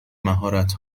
مهارت